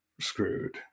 screwed